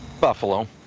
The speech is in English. Buffalo